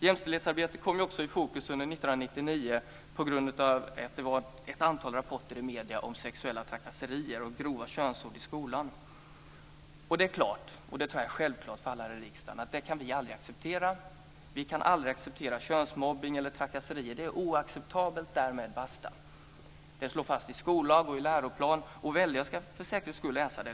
Jämställdhetsarbetet kom ju också i fokus under 1999 på grund av ett antal rapporter i medierna om sexuella trakasserier och grova könsord i skolan. Jag tror att det är självklart för alla här i riksdagen att vi aldrig kan acceptera könsmobbning eller trakasserier. Det är oacceptabelt. Därmed basta! Det slås fast i skollag och i läroplan. Jag ska för säkerhets skull läsa det.